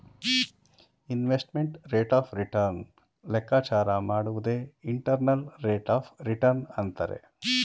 investment rate of return ಲೆಕ್ಕಾಚಾರ ಮಾಡುವುದೇ internal rate of return ಅಂತರೆ